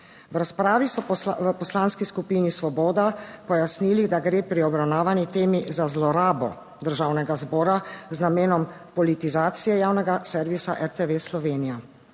V razpravi so v Poslanski skupini Svoboda pojasnili, da gre pri obravnavani temi za zlorabo Državnega zbora z namenom politizacije javnega servisa RTV Slovenija.